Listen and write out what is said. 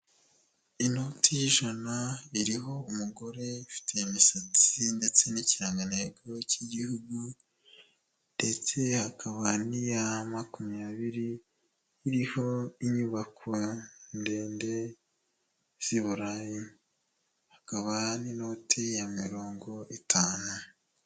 Inoti y'ijana iriho umugore ufite imisatsi ndetse n'ikirangantego k'igihugu ndetse hakaba n'iya makumyabiri iriho inyubako ndende z'i Burayi hakaba n'inoti ya mirongo itanu.